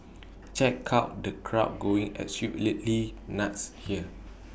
check out the crowd going absolutely nuts here